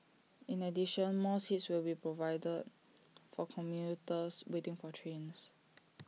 in addition more seats will be provided for commuters waiting for trains